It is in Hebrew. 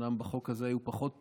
אומנם בחוק הזה הם היו פחות פעילים,